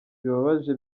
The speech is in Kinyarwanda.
bibabaje